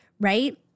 right